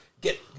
get